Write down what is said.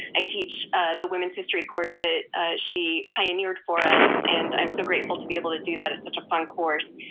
i teach the women's history course that she pioneered for us, and i'm so grateful to be able to do that. it's such a fun course.